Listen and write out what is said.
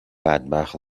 بدبخت